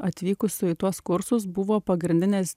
atvykusių į tuos kursus buvo pagrindinės